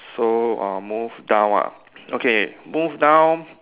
so uh move down ah okay move down